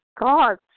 God